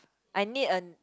I need a